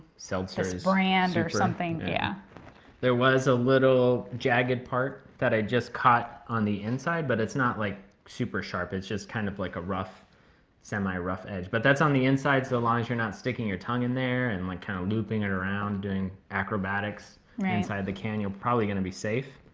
so this brand or something. yeah there was a little jagged part that i just caught on the inside but it's not like super sharp it's just kind of like a rough semi rough edge, but that's on the inside so long as you're not sticking your tongue in there and like kind of looping it around doing acrobatics inside the can you're probably gonna be safe.